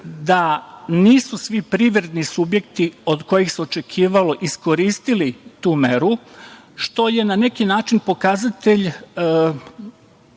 da nisu svi privredni subjekti od kojih se očekivalo iskoristili tu meru, što je na neki način pokazatelj